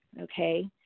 Okay